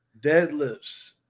Deadlifts